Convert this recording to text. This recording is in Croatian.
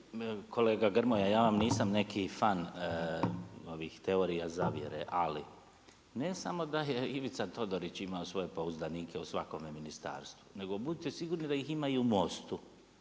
Kolega Grmoja, ja vam nisam neki fan ovih teorija zavjere, ali ne samo je Ivica Todorić imao svoje pouzdanike u svakome ministarstvu, nego budite sigurno da ih ima i u MOST-u.